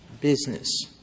business